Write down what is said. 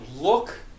look